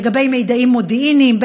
לגבי מידעים מודיעיניים,